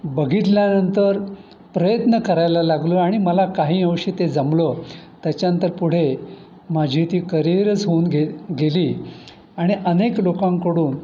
बघितल्यानंतर प्रयत्न करायला लागलो आणि मला काही अंशी ते जमलं त्याच्यानंतर पुढे माझी ती करियरच होऊन घे गेली आणि अनेक लोकांकडून